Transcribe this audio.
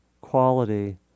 quality